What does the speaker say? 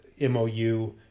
MOU